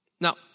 Now